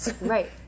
Right